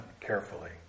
carefully